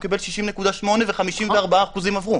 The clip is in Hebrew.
הוא קיבל 60.8 ו-54% עברו.